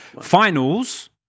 Finals